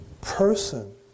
person